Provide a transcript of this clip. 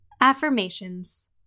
Affirmations